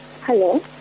Hello